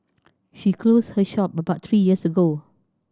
she closed her shop about three years ago